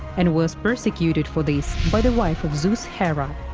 and was persecuted for this by the wife of zeus hera.